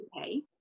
okay